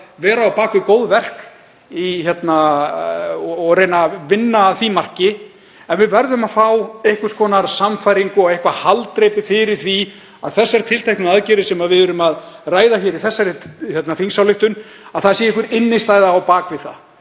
vera á bak við góð verk og reyna að vinna að því marki. En við verðum að fá einhvers konar sannfæringu og eitthvert haldreipi fyrir því að þær tilteknu aðgerðir sem við erum að ræða í þessari þingsályktun, að það sé einhver innstæða á bak við þær,